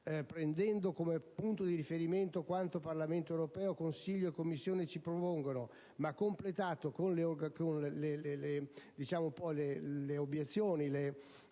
prendendo come punto di riferimento quanto Parlamento europeo, Consiglio e Commissione ci propongono, ma completato con le obiezioni, le